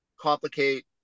complicate